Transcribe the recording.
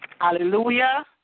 Hallelujah